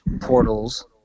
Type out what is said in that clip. portals